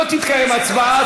לא תתקיים הצבעה.